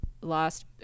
lost